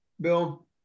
bill